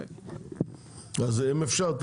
אם אפשר,